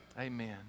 Amen